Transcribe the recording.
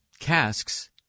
casks